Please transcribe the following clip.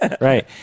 Right